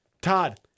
Todd